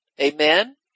amen